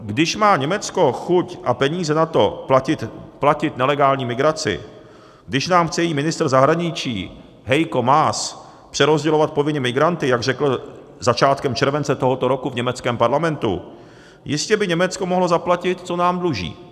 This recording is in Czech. Když má Německo chuť a peníze na to platit nelegální migraci, když nám chce její ministr zahraničí Heiko Maas přerozdělovat povinně migranty, jak řekl začátkem července tohoto roku v německém parlamentu, jistě by Německo mohlo zaplatit, co nám dluží.